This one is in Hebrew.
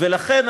ולכן,